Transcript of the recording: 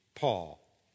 Paul